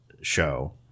show